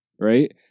right